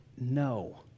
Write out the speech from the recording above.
No